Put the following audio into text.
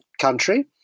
country